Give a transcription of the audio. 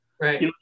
Right